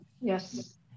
Yes